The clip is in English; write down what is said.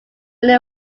only